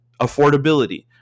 affordability